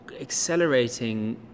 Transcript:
accelerating